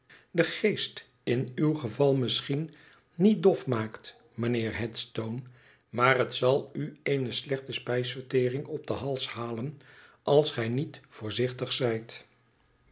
den geest in uw geval misschien niet dof maakt mijnheer headstone maar het zal u eene slechte spijsvertering op denhals halen als gij niet voorzichtig zijt